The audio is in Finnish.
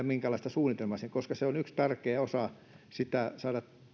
minkäänlaista suunnitelmaa siihen koska se on yksi tärkeä osa saada